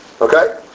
Okay